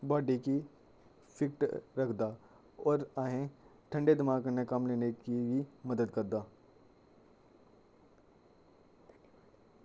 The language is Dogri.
बाडी कि फिट रक्खदा और असें ठंडे दमाक कन्नै कम्म लेने कि वी मदद करदा